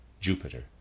Jupiter